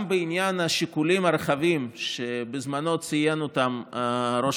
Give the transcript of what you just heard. גם בעניין השיקולים הרחבים שבזמנו ציין ראש